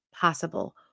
possible